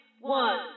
One